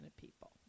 people